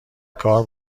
کار